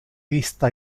vista